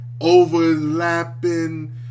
overlapping